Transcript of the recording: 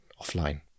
offline